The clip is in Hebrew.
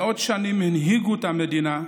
מאות שנים הנהיגו את המדינה,